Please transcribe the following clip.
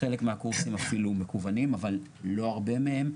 חלק מהקורסים אפילו מקוונים אבל לא הרבה מהם,